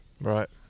Right